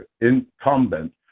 incumbent